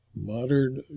modern